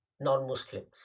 non-Muslims